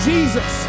Jesus